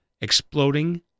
exploding